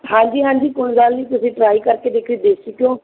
ਹਾਂਜੀ ਹਾਂਜੀ ਕੋਈ ਗੱਲ ਨਹੀਂ ਤੁਸੀਂ ਟਰਾਈ ਕਰਕੇ ਦੇਖੇਓ ਦੇਸੀ ਘਿਓ